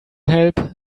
help